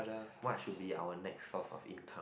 what should be our next source of income